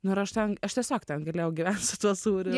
nu ir aš ten aš tiesiog ten galėjau gyventi su tuo sūriu